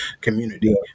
community